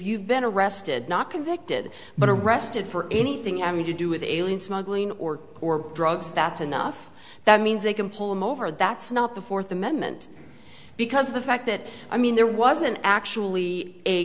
you've been arrested not convicted but arrested for anything i mean to do with alien smuggling or drugs that's enough that means they can pull him over that's not the fourth amendment because the fact that i mean there wasn't actually a